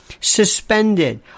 suspended